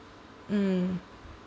mm